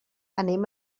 anem